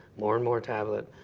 more and more tablet,